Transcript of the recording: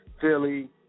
Philly